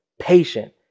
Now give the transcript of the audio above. patient